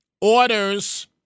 orders